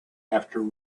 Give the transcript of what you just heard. after